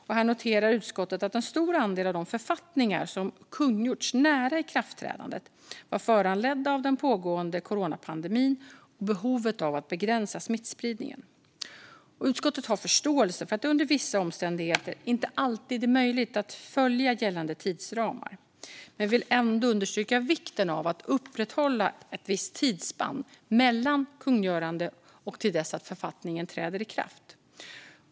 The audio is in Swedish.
Utskottet noterar att en stor andel av de författningar som kungjorts nära ikraftträdandet var föranledda av den pågående coronapandemin och behovet av att begränsa smittspridningen. Utskottet har förståelse för att det under vissa omständigheter inte alltid är möjligt att följa gällande tidsramar men vill ändå understryka vikten av att upprätthålla ett visst tidsspann mellan kungörande och att författningen träder i kraft.